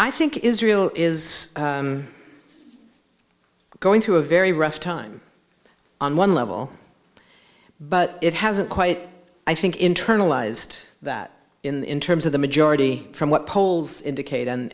i think israel is going through a very rough time on one level but it hasn't quite i think internalized that in terms of the majority from what polls indicate